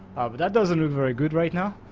but that doesn't look very good right now.